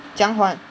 怎样还